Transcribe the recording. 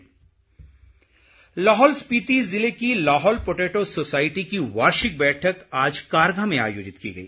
बैठक लाहौल स्पीति ज़िले की लाहौल पोटैटो सोसायटी की वार्षिक बैठक आज कारगा में आयोजित की गई